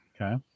Okay